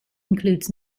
includes